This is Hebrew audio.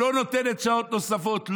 לא נותנת שעות נוספות,